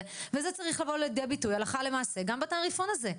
וזה צריך לבוא לידי ביטוי הלכה למעשה גם בתעריפון הזה.